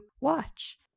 watch